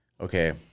okay